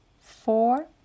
four